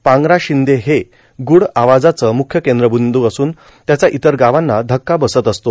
पांगरा र्शिंदे हे ग्रढ आवाजाच मुख्य कर्द्राबंदू असून त्याचा इतर गावांना धक्का बसत असतो